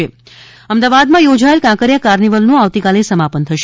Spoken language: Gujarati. કાંકરિયા કાર્નિવલ અમદાવાદમાં યોજાયેલ કાંકરિયા કાર્નિવલનું આવતીકાલે સમાપન થશે